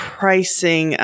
pricing